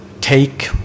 take